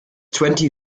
twenty